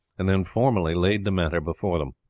and then formally laid the matter before them.